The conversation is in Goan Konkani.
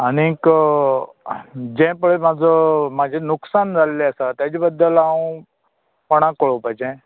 आनीक जें पय म्हजो म्हजें लुक्साण जाल्लें आसा ताचें बद्दल हांव कोणाक कळोवपाचें